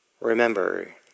remember